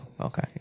okay